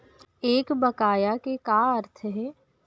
एक बकाया के का अर्थ हे?